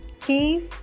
Keys